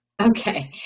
okay